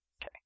Okay